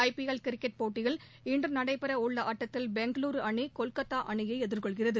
IPL cricket போட்டியில் இன்று நடைபெறவுள்ள ஆட்டத்தில் பெங்களூரு அணி கொல்கத்தா அணியை எதிர்கொள்கிறது